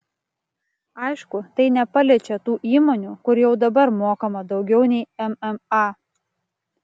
aišku tai nepaliečia tų įmonių kur jau dabar mokama daugiau nei mma